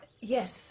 Yes